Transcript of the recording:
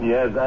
Yes